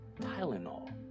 Tylenol